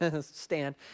stand